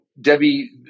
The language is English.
Debbie